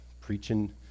preaching